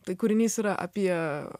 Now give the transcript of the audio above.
tai kūrinys yra apie